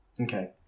Okay